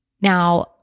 Now